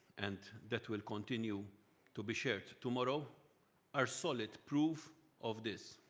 and that will continue to be shared tomorrow are solid proof of this.